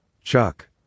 Chuck